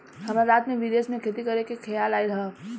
हमरा रात में विदेश में खेती करे के खेआल आइल ह